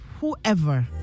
whoever